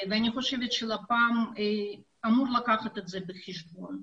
אני חושבת שלפ"מ אמור לקחת את זה בחשבון,